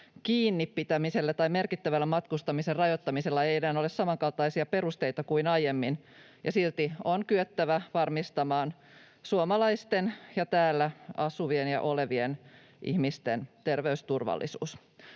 kiinni pitämisellä tai merkittävällä matkustamisen rajoittamisella ei enää ole samankaltaisia perusteita kuin aiemmin ja silti on kyettävä varmistamaan suomalaisten ja täällä asuvien ja olevien ihmisten terveysturvallisuus.